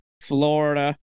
Florida